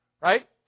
Right